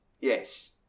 yes